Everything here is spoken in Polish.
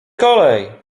kolej